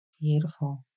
Beautiful